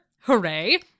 hooray